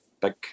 big